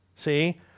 See